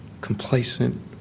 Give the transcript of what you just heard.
complacent